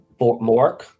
Mork